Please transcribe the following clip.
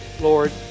Lord